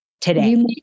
today